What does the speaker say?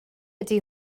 ydy